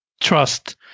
trust